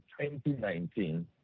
2019